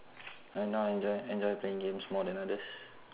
right now I enjoy enjoy playing games more than others